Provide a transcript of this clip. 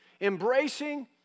Embracing